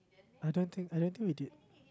I don't think I don't think we did